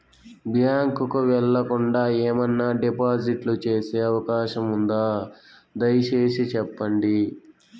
Bank కు వెళ్లకుండా, ఏమన్నా డిపాజిట్లు సేసే అవకాశం ఉందా, దయసేసి సెప్పండి?